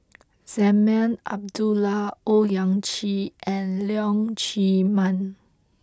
Azman Abdullah Owyang Chi and Leong Chee Mun